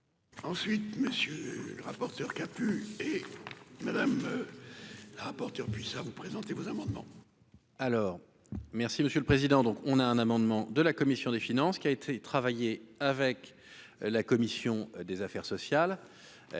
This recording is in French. Ensuite, monsieur le rapporteur, kaput et madame la rapporteure, puis ça vous présentez vos amendements. Alors merci Monsieur le Président, donc on a un amendement de la commission des finances, qui a été travailler avec la commission des affaires sociales